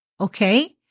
okay